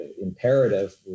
imperative